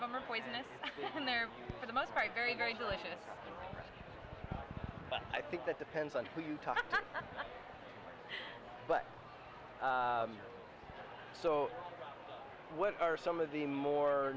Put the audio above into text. them are poisonous in there for the most part very very delicious but i think that depends on who you talk to but so what are some of the more